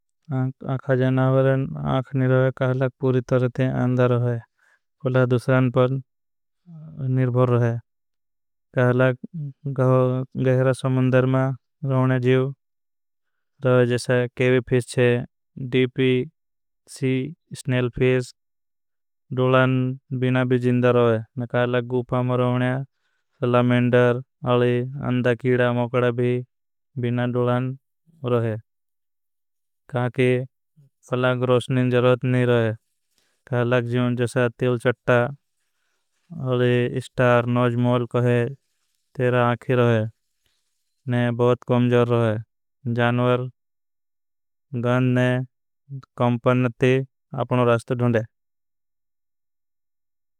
जानावर आख नहीं रहे, काहलाग पूरी तरते अंदर रहे, कोलाग दुसरान पर निर्भर रहे। गहरा समंदर मा रहूने जीव रहे, जैसे केवी फिश छे, डीपी, सी, स्नेल फिश, डुलान बिना भी जीनदर रहे। गूपा में रहूने सलमेंडर, अलि अंदा, कीड़ा, मोकड़ा भी बिना दुलान रहे, काहकी फलाग रोशनें जरूरत नहीं रहे। जीवं जैसे तिल, चट्टा, अलि इस्टार, नौज, मौल कहे, तेरा आख ही रहे, ने बहुत कमजर रहे, जानवर, गंद, कमपन ते आपनों रास्त ढुन्ड है।